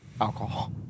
alcohol